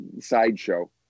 sideshow